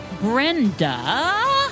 Brenda